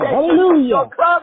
Hallelujah